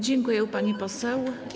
Dziękuję, pani poseł.